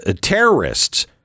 terrorists